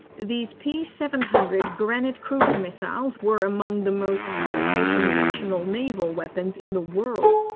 these p seven hundred granit cruise missiles were among the most powerful conventional naval weapons in the world.